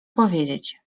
powiedzieć